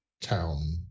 town